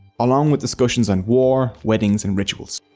along with discussion on war, weddings, and rituals.